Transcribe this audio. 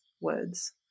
words